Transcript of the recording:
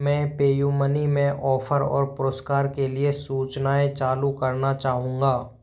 मैं Pay U Money में offer और पुरस्कार के लिए सूचनाएँ चालू करना चाहूँगा